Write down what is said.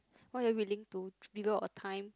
what are you willing to devote your time